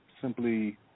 simply